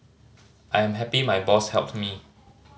I am happy my boss helped me